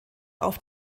auf